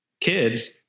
kids